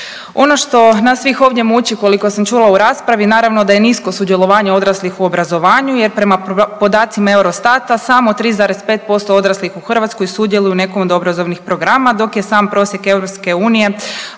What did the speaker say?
Ono što nas svih ovdje muči koliko sam čula u raspravi, naravno da je nisko sudjelovanje odraslih u obrazovanju jer prema podacima Eurostata samo 3,5% odraslih u Hrvatskoj sudjeluje u nekom od obrazovanih programa dok je sam prosjek EU